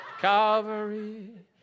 Calvary